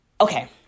okay